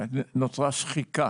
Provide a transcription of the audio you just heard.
נוצרה בחוק הזה שחיקה.